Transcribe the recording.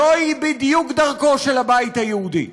זוהי בדיוק דרכו של הבית היהודי,